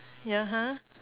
ya !huh!